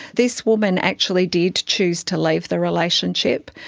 this woman actually did choose to leave the relationship,